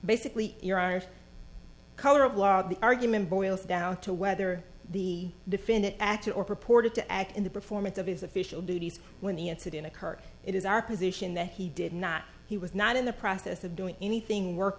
basically your art color of the argument boils down to whether the defendant actor or purported to act in the performance of his official duties when the incident occurred it is our position that he did not he was not in the process of doing anything work